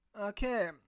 Okay